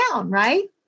right